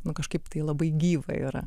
nu kažkaip tai labai gyvai yra